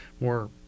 more